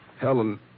Helen